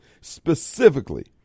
Specifically